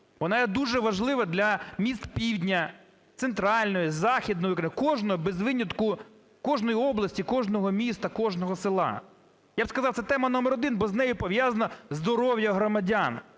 Вона є дуже важлива для міст півдня, Центральної, Західної України, кожної без винятку… кожної області, кожного міста, кожного села. Я б сказав, це тема номер один, бо з нею пов'язане здоров'я громадян,